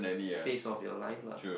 face of your life lah